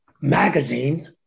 magazine